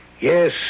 Yes